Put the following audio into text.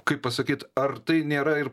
kaip pasakyt ar tai nėra ir